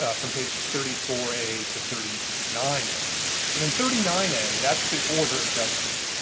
ah from pages thirty four a to thirty nine a. and in thirty nine a, that's the order of judgment,